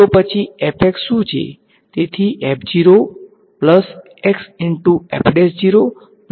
તો પછી શું છે